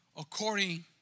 according